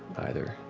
either.